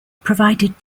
provided